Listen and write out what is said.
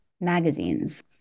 magazines